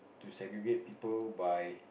to segregate people by